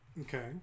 Okay